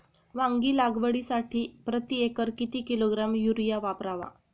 वांगी लागवडीसाठी प्रती एकर किती किलोग्रॅम युरिया वापरावा?